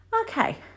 Okay